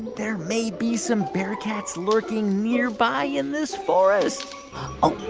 there may be some bearcats lurking nearby in this forest oh,